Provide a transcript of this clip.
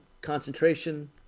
concentration